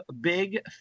Big